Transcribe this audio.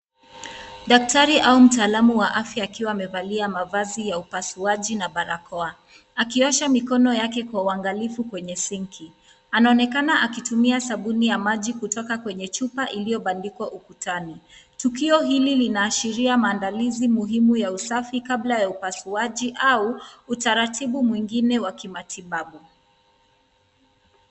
Daktari au mtaalamu wa afya akiwa amevalia mavazi ya upasuaji na barakoa, akiosha mikono yake kwa uangalifu kwenye sinki. Anaonekana akitumia sabuni ya maji kutoka kwenye chupa iliyobandikwa ukutani. Tukio hili linaashiria maandalizi muhimu ya usafi kabla ya upasuaji au utaratibu mwingine wa kimatibabu.